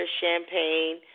Champagne